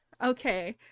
okay